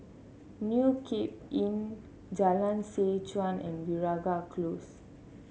New Cape Inn Jalan Seh Chuan and Veeragoo Close